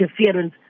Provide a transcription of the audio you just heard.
interference